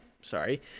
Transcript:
sorry